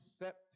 accept